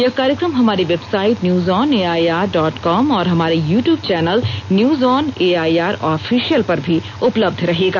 यह कार्यक्रम हमारी website news on AIR dot com और हमारे YouTube channel news on AIR official पर भी उपलब्ध रहेगा